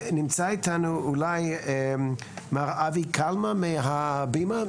נמצא איתנו אולי מר אבי קלמה מחברת